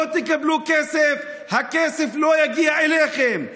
לא תקבלו כסף, הכסף לא יגיע אליכם.